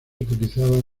utilizada